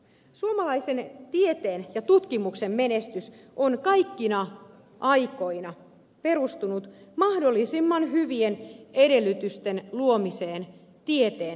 suomalaisen tieteen ja tutkimuksen menestys on kaikkina aikoina perustunut mahdollisimman hyvien edellytysten luomiseen tieteen tekemiseksi